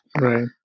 right